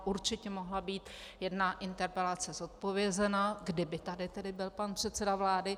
Určitě mohla být jedna interpelace zodpovězena, kdyby tady byl pan předseda vlády.